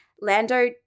Lando